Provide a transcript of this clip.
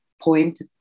point